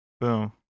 boom